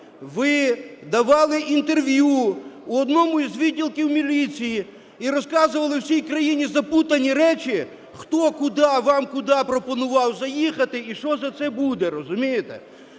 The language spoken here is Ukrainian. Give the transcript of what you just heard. ви давали інтерв'ю у одному із відділків міліції і розказували всій країні заплутані речі, хто куди, вам куди пропонував заїхати і що за це буде, розумієте.